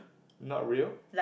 not real